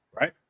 Right